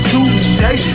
Tuesday